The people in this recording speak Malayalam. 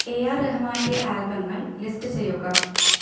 എ ആർ റഹ്മാൻ്റെ ആൽബങ്ങൾ ലിസ്റ്റ് ചെയ്യുക